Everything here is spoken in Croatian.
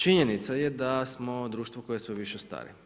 Činjenica je da smo društvo koje sve više stari.